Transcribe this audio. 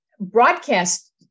broadcast